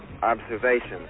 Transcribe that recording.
observation